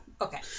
Okay